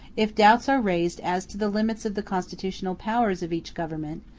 if doubts are raised as to the limits of the constitutional powers of each government,